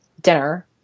dinner